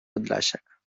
podlasiak